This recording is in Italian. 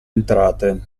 entrate